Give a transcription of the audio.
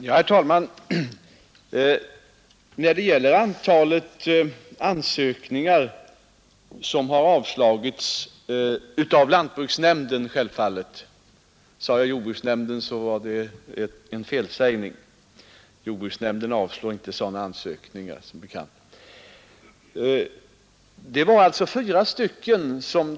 Herr talman! När det gäller antalet ansökningar som avslagits av lantbruksnämnden - sade jag Jordbruksnämnden var det en felsägning, eftersom denna inte handlägger några sådana här ansökningar - så var det alltså tyra ansökningar.